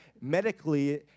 medically